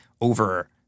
over